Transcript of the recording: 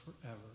forever